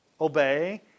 obey